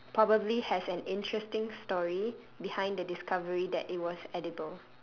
probably has an interesting story behind the discovery that it was edible